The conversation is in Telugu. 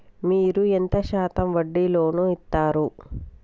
మీరు ఎంత శాతం వడ్డీ లోన్ ఇత్తరు?